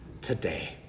today